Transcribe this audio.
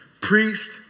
priest